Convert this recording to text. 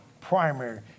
primary